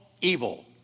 evil